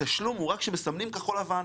התשלום הוא רק כשמסמנים כחול לבן,